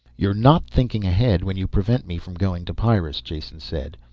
you're not thinking ahead when you prevent me from going to pyrrus, jason said.